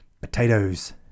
Potatoes